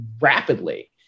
rapidly